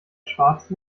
schwarze